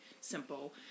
simple